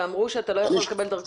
אמרו שאתה לא יכול לקבל דרכון?